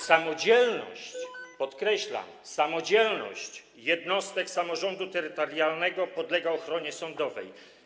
Samodzielność, podkreślam, samodzielność jednostek samorządu terytorialnego podlega ochronie sądowej.